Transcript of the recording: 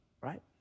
right